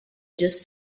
just